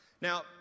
Now